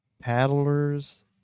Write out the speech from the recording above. paddlers